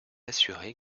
assurées